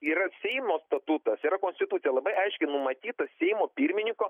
yra seimo statutas yra konstitucija labai aiškiai numatyta seimo pirmininko